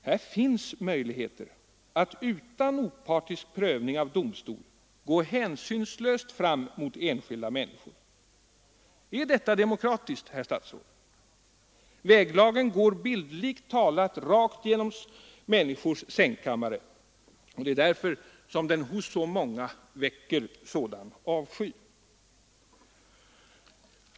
Här finns möjligheter att utan opartisk prövning av domstol gå hänsynslöst fram mot enskilda människor. Är detta demokratiskt, herr statsråd? Väglagen går bildligt talat rakt genom människors sängkammare, och det är därför som den hos så många väcker sådan avsky.